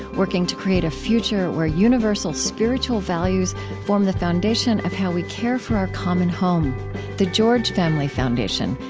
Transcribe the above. working to create a future where universal spiritual values form the foundation of how we care for our common home the george family foundation,